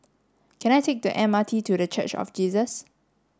can I take the M R T to The Church of Jesus